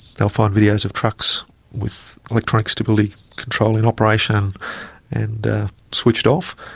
they'll find videos of trucks with electronic stability control in operation and switched off,